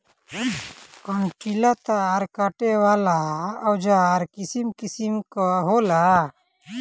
कंटीला तार काटे वाला औज़ार किसिम किसिम कअ होला